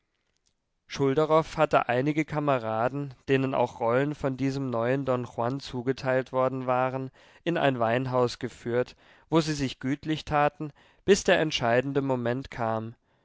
schulderoff hatte einige kameraden denen auch rollen von diesem neuen don juan zugeteilt worden waren in ein weinhaus geführt wo sie sich gütlich taten bis der entscheidende moment kam